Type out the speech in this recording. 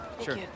Sure